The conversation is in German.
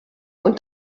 und